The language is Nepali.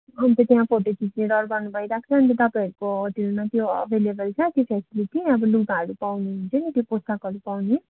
अनि त त्यहाँ फोटो खिच्ने रहर गर्नु भइरहेको छ अनि त तपाईँहरूको होटलमा त्यो अभेइलेबल छ त्यो फेसिलिटी अब लुगाहरू पाउनु हुन्छ नि त्यो पोशाकहरू पाउने